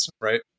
Right